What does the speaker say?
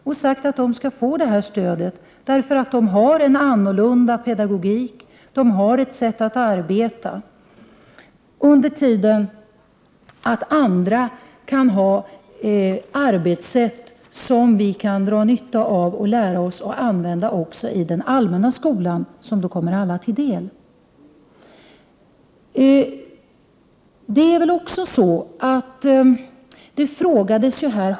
Vi har sagt att de skall ha det stödet därför att de har en annan pedagogik och ett annat sätt att arbeta. Andra kan ha arbetssätt som vi kan dra nytta av och lära oss att använda också i den allmänna skolan, och det kommer då alla till del.